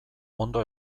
ondo